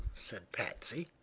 said patsy,